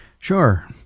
Sure